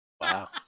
Wow